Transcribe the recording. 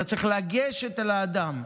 אתה צריך לגשת אל האדם.